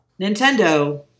Nintendo